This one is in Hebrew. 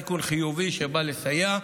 תיקון חיובי שבא לסייע,